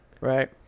right